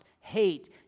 hate